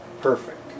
perfect